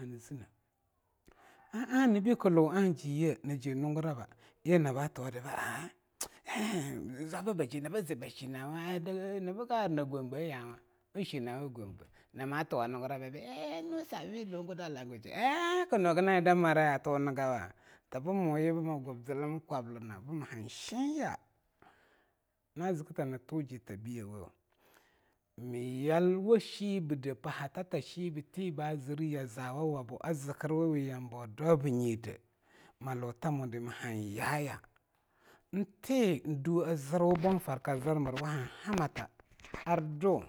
An zne ar anibei klo aengiji ye na ji nunguraba yi na ba tuwa na'ade nabaanha zwabbaje na bzibghina wa a Gombe nama tuwanada nungunrumadi err no servi Lunguda language ar knugina'a eing banmaraya atonigawa b ma han shenya, na zktantuwam ta biyawo myal shibde pahatata shibde ya zawuwabo zkrwunawi yambou a daubnyinde mlo ta mo da ma hanyaye te duwe a zirwa, bonfarka zirwa ar hanhamata ar dau